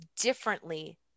differently